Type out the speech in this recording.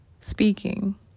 speaking